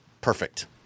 perfect